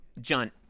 John